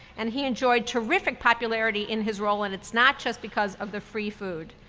and he enjoyed terrific popularity in his role, and it's not just because of the free food.